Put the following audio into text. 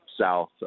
south